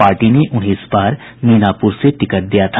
party ने उन्हें इस बार मीनाप्रर से टिकट दिया था